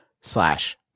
slash